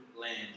land